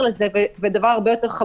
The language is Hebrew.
השירות הזה הוא בדיוק מה שאנשים היום צריכים.